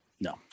No